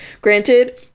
granted